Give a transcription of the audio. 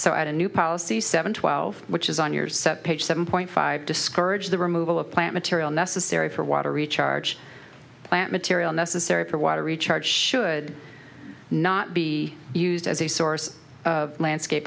so at a new policy seven twelve which is on your set page seven point five discourage the removal of plant material necessary for water recharge plant material necessary for water recharge should not be used as a source of landscape